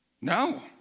No